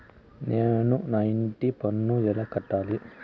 నేను నా ఇంటి పన్నును ఎలా కట్టాలి?